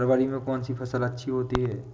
फरवरी में कौन सी फ़सल अच्छी होती है?